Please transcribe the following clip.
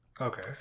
Okay